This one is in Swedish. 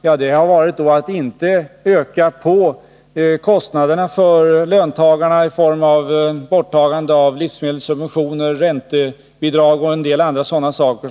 Ja, det har gällt att inte öka kostnaderna för löntagarna genom att t.ex. ta bort livsmedelssubventioner, räntebidrag och andra sådana saker.